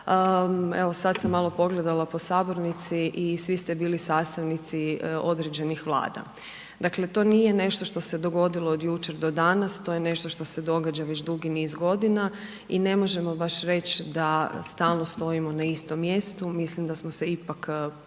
evo sad sam malo pogledala po sabornici i svi ste bili sastavnici određenih Vlada, dakle, to nije nešto što se dogodilo od jučer do danas, to je nešto što se događa već dugi niz godina i ne možemo baš reć da stalno stojimo na istom mjestu, mislim da smo se ipak malo